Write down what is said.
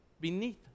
beneath